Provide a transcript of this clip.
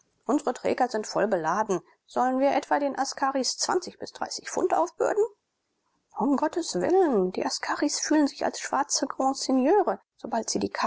unsre träger sind vollbeladen sollen wir etwa den askaris zwanzig bis dreißig pfund aufbürden um gottes willen die askaris fühlen sich als schwarze grandseigneure sobald sie die